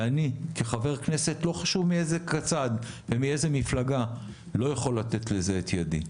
ואני כחבר כנסת לא חשוב מאיזה צד ומאיזו מפלגה לא יכול לתת לזה את ידי.